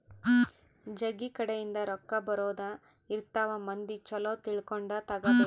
ಜಗ್ಗಿ ಕಡೆ ಇಂದ ರೊಕ್ಕ ಬರೋದ ಇರ್ತವ ಮಂದಿ ಚೊಲೊ ತಿಳ್ಕೊಂಡ ತಗಾಬೇಕು